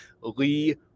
Lee